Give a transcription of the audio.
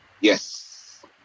Yes